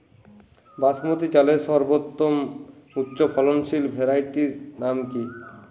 বাসমতী চালের সর্বোত্তম উচ্চ ফলনশীল ভ্যারাইটির নাম কি?